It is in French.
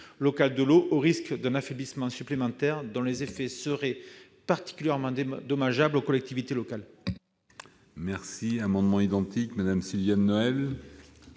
locale de l'eau du risque d'un affaiblissement supplémentaire dont les effets seraient particulièrement dommageables pour les collectivités locales.